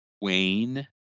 Wayne